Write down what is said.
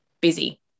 busy